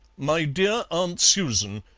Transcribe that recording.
my dear aunt susan,